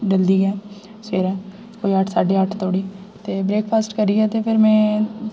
जल्दी गै सवेरै कोई अट्ठ साड्डे अट्ठ धोड़ी ते ब्रेक्फास्ट करियै ते फिर में